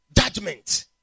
judgment